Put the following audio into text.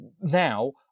Now